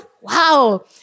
Wow